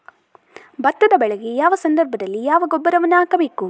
ಭತ್ತದ ಬೆಳೆಗೆ ಯಾವ ಸಂದರ್ಭದಲ್ಲಿ ಯಾವ ಗೊಬ್ಬರವನ್ನು ಹಾಕಬೇಕು?